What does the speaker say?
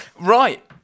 Right